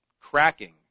cracking